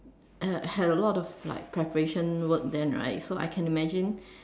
uh had a lot of like preparation work then right so I can imagine